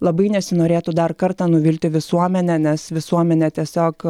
labai nesinorėtų dar kartą nuvilti visuomenę nes visuomenė tiesiog